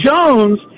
Jones